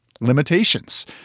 limitations